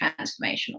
transformational